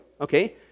okay